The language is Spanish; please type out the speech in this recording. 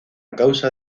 causa